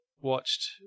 watched